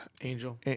angel